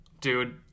dude